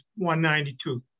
192